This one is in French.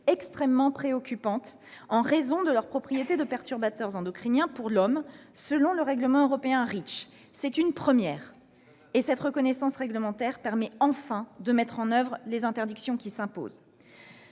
extrêmement préoccupantes en raison de leurs propriétés de perturbateurs endocriniens pour l'homme selon le règlement européen REACH. C'est une première, et cette reconnaissance réglementaire permet enfin de mettre en oeuvre les interdictions qui s'imposent.